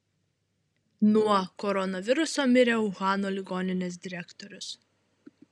nuo koronaviruso mirė uhano ligoninės direktorius